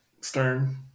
Stern